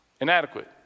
inadequate